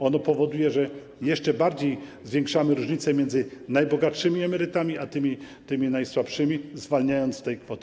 Ono powoduje, że jeszcze bardziej zwiększamy różnicę między najbogatszymi emerytami a tymi najsłabszymi, zwalniając z tej kwoty.